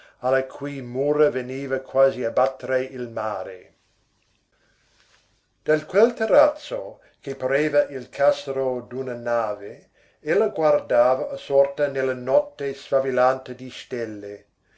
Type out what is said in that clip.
alle cui mura veniva quasi a battere il mare da quel terrazzo che pareva il cassero d'una nave ella guardava assorta nella notte sfavillante di stelle